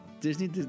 Disney